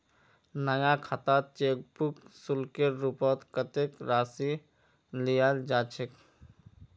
नया खातात cheque book शुल्केर रूपत कत्ते राशि लियाल जा छेक